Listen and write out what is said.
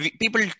People